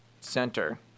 center –